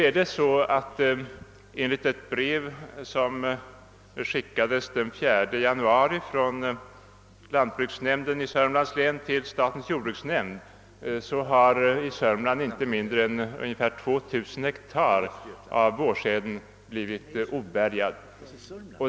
Men enligt ett brev som skickades den 4 januari från lantbruksnämnden i Södermanlands län till statens jordbruksnämnd har i Södermanland inte mindre än 2000 hektar av vårsäden blivit obärgad.